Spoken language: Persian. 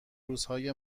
روزهای